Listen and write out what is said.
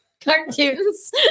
Cartoons